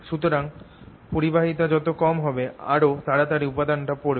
সুতরাং পরিবাহিতা যত কম হবে আরও তাড়াতাড়ি উপাদানটা পড়বে